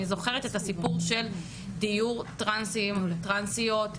אני זוכרת את הסיפור של דיור טרנסים וטרנסיות.